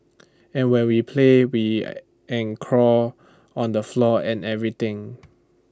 and when we play we and crawl on the floor and everything